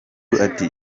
ati